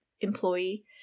employee